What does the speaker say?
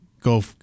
go